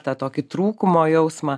tą tokį trūkumo jausmą